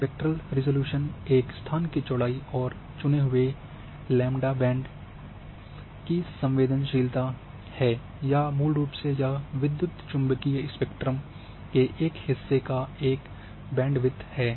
spectral resolution एक स्थान की चौड़ाई और चुने हुए λ बैंड λ band की संवेदनशीलता है या मूल रूप से यह विद्युत चुम्बकीय स्पेक्ट्रम के एक हिस्से का एक बैंडविड्थ है